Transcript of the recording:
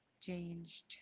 changed